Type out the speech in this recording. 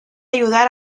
ayudar